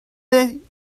they